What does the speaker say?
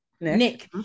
Nick